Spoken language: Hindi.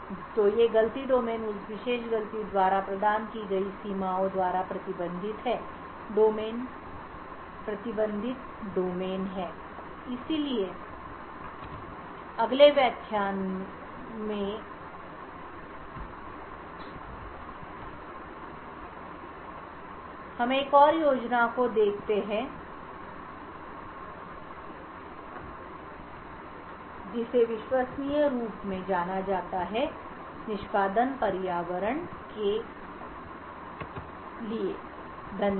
तो ये गलती डोमेन उस विशेष गलतीद्वारा प्रदान की गई सीमाओं द्वारा प्रतिबंधित डोमेन हैं इसलिए अगले व्याख्यान में हम एक और योजना को देखते हैं जिसे विश्वसनीयरूप में जाना जाता निष्पादन पर्यावरण के है धन्यवाद